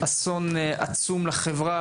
אסון עצום לחברה,